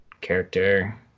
character